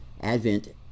advent